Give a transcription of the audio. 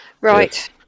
Right